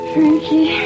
Frankie